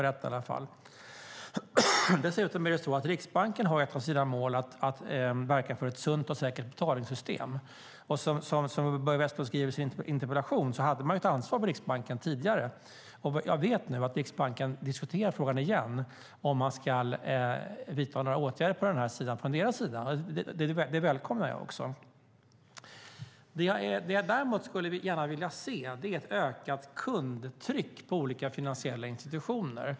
Riksbanken har som ett av sina mål att verka för ett sunt och säkert betalningssystem. Som Börje Vestlund skriver i sin interpellation hade Riksbanken tidigare ett ansvar, och jag vet att Riksbanken åter diskuterar om de ska vidta åtgärder från sin sida. Detta välkomnar jag. Det jag vill se är ett ökat kundtryck på olika finansiella institutioner.